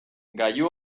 gailu